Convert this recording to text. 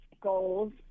goals